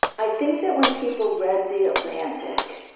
i think that when people read the atlantic,